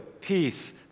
peace